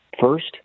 first